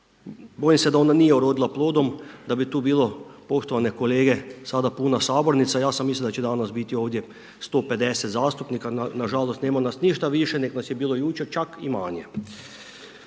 bojim se da ona nije urodila plodom, da bi tu bilo poštovane kolege, sada puna Sabornica, ja sam mislio da će danas biti ovdje 150 zastupnika, na žalost nema nas ništa više nego nas je bilo jučer, čak i manje.